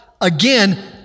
again